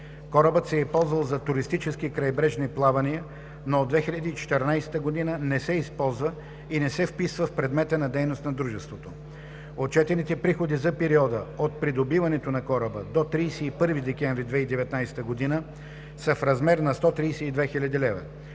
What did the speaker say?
Корабът се е ползвал за туристически крайбрежни плавания, но от 2014 г. не се използва и не се вписва в предмета на дейност на дружеството. Отчетените приходи за периода от придобиването на кораба до 31 декември 2019 г. са в размер на 132 хил. лв.